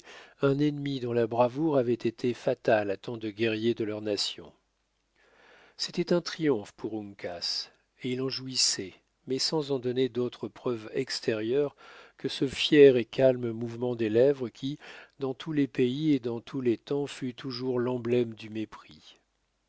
un ennemi dont la bravoure avait été fatale à tant de guerriers de leur nation c'était un triomphe pour uncas et il en jouissait mais sans en donner d'autre preuve extérieure que ce fier et calme mouvement des lèvres qui dans tous les pays et dans tous les temps fut toujours l'emblème du mépris